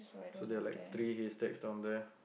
so there are like three hashtags around there